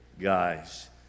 guys